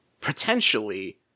potentially